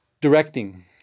directing